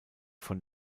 von